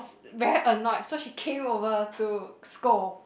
very annoyed so she came over to scold